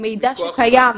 מידע שקיים.